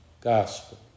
gospel